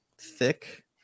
thick